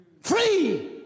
Free